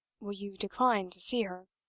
will you decline to see her?